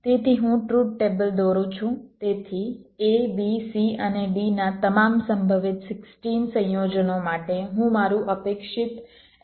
તેથી હું truth table દોરું છું તેથી A B C અને D ના તમામ સંભવિત 16 સંયોજનો માટે હું મારું અપેક્ષિત F શું છે તે લખુ છું